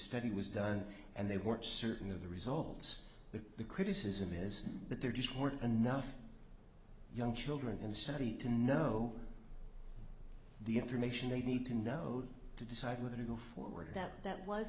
study was done and they weren't certain of the results of the criticism is that there just weren't enough young children in the study to know the information they need to know to decide whether to go forward that that was